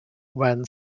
ran